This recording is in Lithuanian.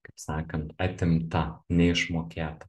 kaip sakant atimta neišmokėta